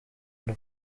urwo